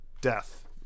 death